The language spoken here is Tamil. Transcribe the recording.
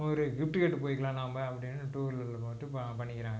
ஒரு லிஃப்ட்டு கேட்டு போய்க்கலாம் நாம் அப்படின்னு டூவீலரில் போய்ட்டு ப பண்ணிக்கிறாங்க